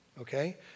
Okay